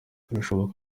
birashoboka